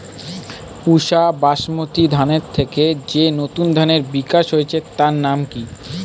পুসা বাসমতি ধানের থেকে যে নতুন ধানের বিকাশ হয়েছে তার নাম কি?